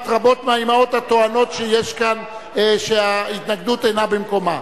רבות מהאמהות הטוענות שההתנגדות אינה במקומה.